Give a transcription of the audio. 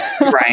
Right